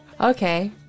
okay